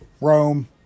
Rome